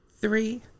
Three